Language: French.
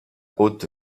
haute